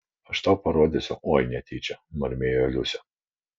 aš tau parodysiu oi netyčia murmėjo liusė